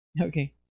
Okay